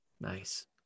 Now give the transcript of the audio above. Nice